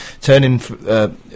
turning